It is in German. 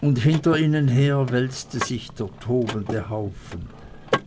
und hinter ihnen her wälzte sich der tobende haufen